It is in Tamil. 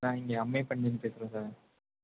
நான் இங்கே அம்மையப்பன்லேருந்து பேசுகிறேன் சார்